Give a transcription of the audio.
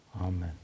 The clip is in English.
Amen